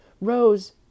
Rose